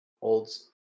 Holds